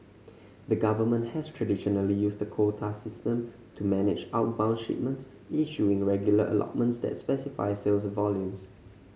the government has traditionally used the quota system to manage outbound shipments issuing regular allotments that's specify sales volumes